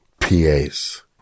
PAs